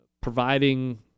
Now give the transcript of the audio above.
providing